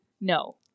no